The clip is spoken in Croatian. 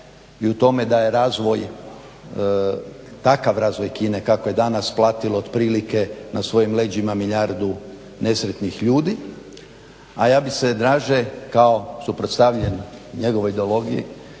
i u tome da je razvoj, takav razvoj Kine kako je danas platilo otprilike na svojim leđima milijardu nesretnih ljudi. A ja bih se draže kao suprotstavljen njegovoj ideologiji